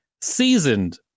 seasoned